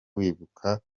wibuka